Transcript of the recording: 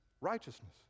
Righteousness